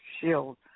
shield